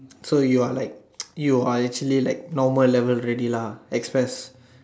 so you are like you are actually like normal level already lah express